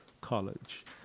College